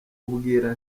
ubwira